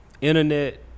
internet